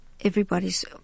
everybody's